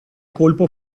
colpo